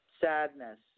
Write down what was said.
sadness